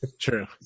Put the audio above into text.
True